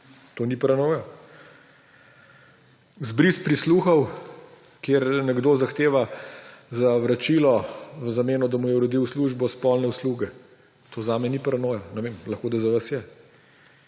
to ni paranoja. Izbris prisluhov, kjer nekdo zahteva za vračilo v zameno, da mu je uredil službo, spolne usluge. To zame ni paranoja. Ne vem, lahko da za vas je.